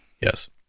Yes